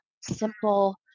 simple